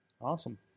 awesome